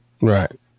Right